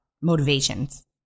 motivations